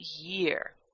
year